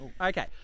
Okay